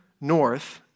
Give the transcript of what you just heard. north